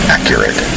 Accurate